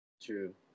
True